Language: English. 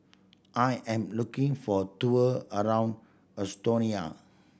I am looking for a tour around Estonia